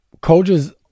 coaches